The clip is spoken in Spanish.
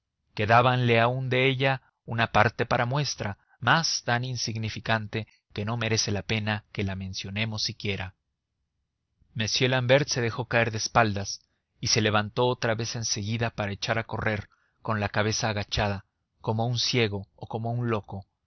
quedábale aún de ella una parte para muestra mas tan insignificante que no merece la pena de que la mencionemos siquiera m l'ambert se dejó caer de espaldas y se levantó otra vez en seguida para echar a correr con la cabeza agachada como un ciego o como un loco